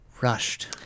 rushed